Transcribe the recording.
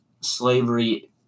slavery